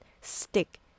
stick